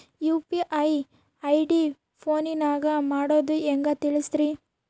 UPI ID ಫೋನಿನಾಗ ಮಾಡೋದು ಹೆಂಗ ತಿಳಿಸ್ರಿ?